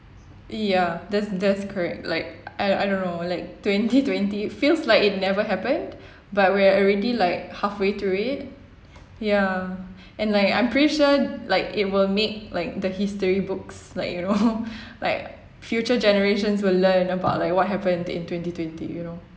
ya that's that's correct like I I don't know like twenty twenty feels like it never happened but we're already like half way through it ya and like I'm pretty sure like it will make like the history books like you know like future generations will learn about like what happened in twenty twenty you know